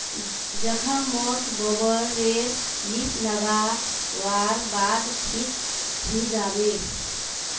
जख्म मोत गोबर रे लीप लागा वार बाद ठिक हिजाबे